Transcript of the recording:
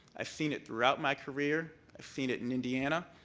i've seen it throughout my career, i've seen it in indiana,